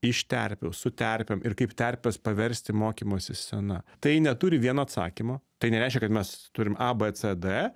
iš terpių su terpėm ir kaip terpes paversti mokymosi scena tai neturi vieno atsakymo tai nereiškia kad mes turim a b c d